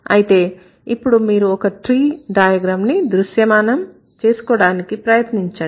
అయితే ఇప్పుడు మీరు ఒక ట్రీ డయాగ్రామ్ ని దృశ్యమానం చేసుకోవడానికి ప్రయత్నించండి